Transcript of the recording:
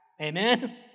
Amen